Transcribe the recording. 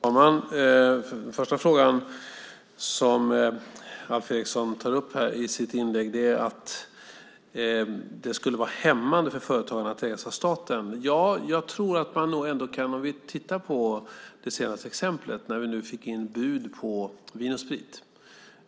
Fru talman! Det första som Alf Eriksson tog upp i sitt inlägg gällde att det skulle vara hämmande för företagen att ägas av staten. Ja, jag tror att man nog ändå kan säga det. Vi kan titta på det senaste exemplet, när vi fick in bud på Vin & Sprit.